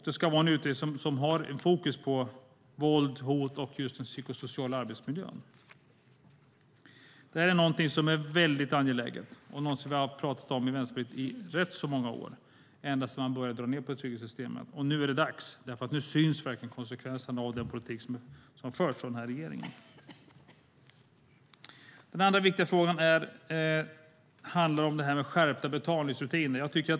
Det ska vara en utredning som ska ha fokus på våld, hot och den psykosociala arbetsmiljön. Det här är något som är angeläget och som vi i Vänsterpartiet har pratat om i många år - ända sedan regeringen började dra ned på trygghetssystemen. Nu är det dags. Nu syns verkligen konsekvenserna av den politik som har förts av regeringen. Den andra viktiga frågan handlar om skärpta betalningsrutiner.